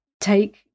take